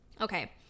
Okay